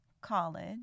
college